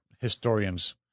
historians